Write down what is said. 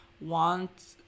want